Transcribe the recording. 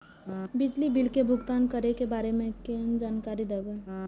बिजली बिल के भुगतान करै के बारे में केना जानकारी देब?